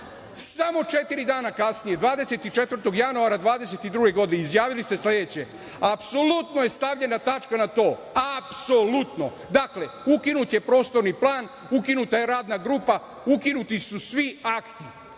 samo četiri dana kasnije 24. januara. 2022. godine izjavili ste sledeće – apsolutno je stavljena tačka na to apsolutno. Dakle, ukinut je Prostorni plan, ukinuta je Radna grupa, ukinuti su svi akti. Pod